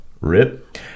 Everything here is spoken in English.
Rip